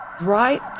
Right